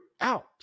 out